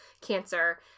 cancer